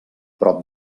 prop